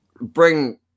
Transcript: bring